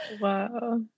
wow